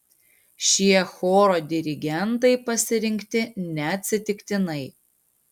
šie choro dirigentai pasirinkti neatsitiktinai